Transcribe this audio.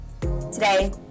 Today